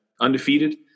undefeated